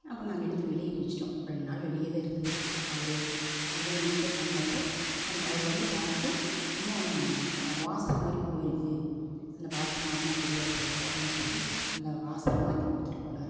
அப்புறம் நாங்கள் எடுத்து வெளியே வச்சுட்டோம் ரெண்டு நாள் வெளியேதான் இருந்தது அவர் மறுபடியும் நெக்ஸ்ட் டைம் வந்தப்போது அந்த அவர் வந்து பார்த்து என்னமோ வாசர் மாதிரி போயிருக்குது அந்த வாசர் மாற்றினா சரி ஆகி போகும் அப்படின் சொல்லி அந்த வாசர் மாற்றி கொடுத்துட்டு போனாருங்க